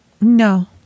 No